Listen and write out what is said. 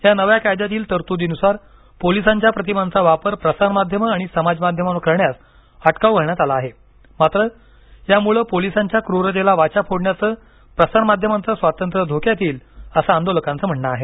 या नव्या कायद्यातील तरतुदीनुसार पोलिसांच्या प्रतिमांचा वापर प्रसारमाध्यम आणि समाजमाध्यमांवर करण्यास अटकाव घालण्यात आला आहे मात्र यामुळ पोलिसांच्या क्रूरतेला वाचा फोडण्याचं प्रसारमाध्यमांचं स्वातंत्र्य धोक्यात येईल असं आंदोलकांच म्हणण आहे